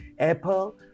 Apple